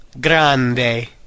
Grande